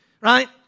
right